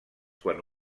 quan